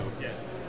Yes